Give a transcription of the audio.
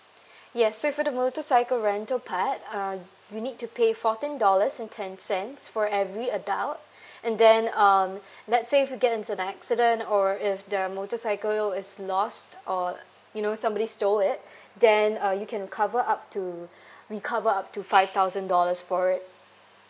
yes so for the motorcycle rental part uh you need to pay fourteen dollars and ten cents for every adult and then um let's say if you get into an accident or if the motorcycle is lost or you know somebody stole it then uh you can cover up to we cover up to five thousand dollars for it